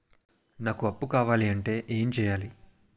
నాకు అప్పు కావాలి అంటే ఎం చేయాలి?